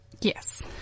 Yes